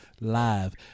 live